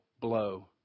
blow